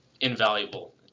invaluable